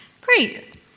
Great